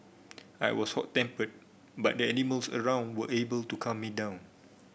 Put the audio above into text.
I was hot tempered but the animals around were able to calm me down